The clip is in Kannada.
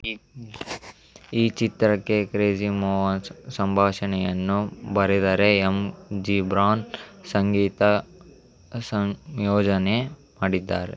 ಈ ಈ ಚಿತ್ರಕ್ಕೆ ಕ್ರೇಜಿ ಮೋಹನ್ ಸಂಭಾಷಣೆಯನ್ನು ಬರೆದರೆ ಎಂ ಜೀಬ್ರಾನ್ ಸಂಗೀತ ಸಂಯೋಜನೆ ಮಾಡಿದ್ದಾರೆ